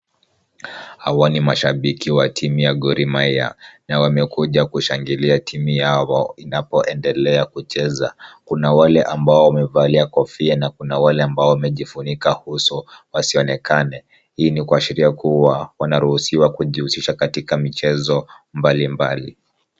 Hawa ni mashabiki wa timu ya Gor Mahia na wamekuja kushangilia timu yao inapoendelea kucheza. Kuna wale ambao wamevalia kofia na kuna wale ambao wamejifunika uso wasionekana. Hii ni kuashiria kuwa wanaruhusiwa kujihusisha katika michezo mbalimbali.